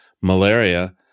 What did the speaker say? malaria